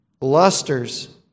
lusters